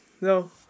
No